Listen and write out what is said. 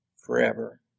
forever